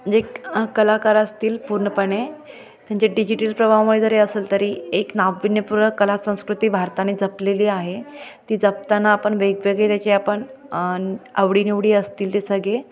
जे कलाकार असतील पूर्णपणे त्यांच्या डिजिटल प्रभामुळे जरी असेल तरी एक नाविन्यपूर्ण कला संंस्कृती भारताने जपलेली आहे ती जपताना आपण वेगवेगळे त्याचे आपण आवडीनिवडी असतील ते सगळे